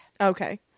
Okay